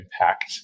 impact